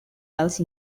else